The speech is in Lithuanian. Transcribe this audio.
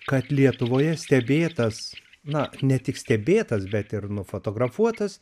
kad lietuvoje stebėtas na ne tik stebėtas bet ir nufotografuotas